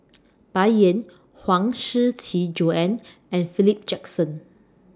Bai Yan Huang Shiqi Joan and Philip Jackson